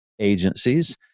agencies